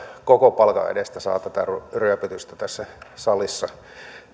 koko palkan edestä saa ryöpytystä tässä salissa